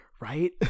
Right